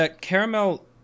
caramel